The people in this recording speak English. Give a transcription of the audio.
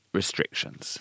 restrictions